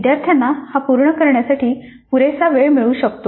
विद्यार्थ्यांना हा पूर्ण करण्यासाठी पुरेसा वेळ मिळू शकतो